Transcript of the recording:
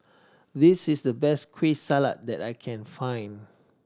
this is the best Kueh Salat that I can find